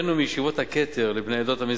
אני רוצה להודות ליושב-ראש ועדת הכספים,